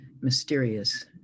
mysterious